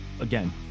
again